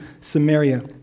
Samaria